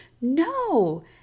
No